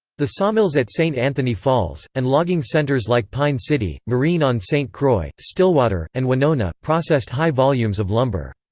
the sawmills at saint anthony falls, and logging centers like pine city, marine on st. croix, stillwater, and winona, processed high volumes of lumber.